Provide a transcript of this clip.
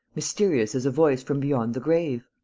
mysterious as a voice from beyond the grave?